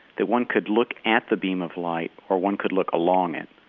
that one could look at the beam of light or one could look along it.